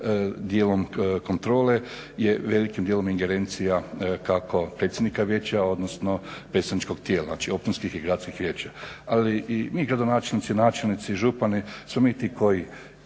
dijelom kontrole je velikim dijelom ingerencija kako predsjednika vijeća, odnosno predstavničkog tijela. Znači, općinskih i gradskih vijeća. Ali i mi gradonačelnici, načelnici i župani smo mi ti koji